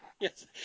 Yes